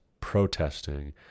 protesting